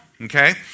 Okay